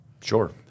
sure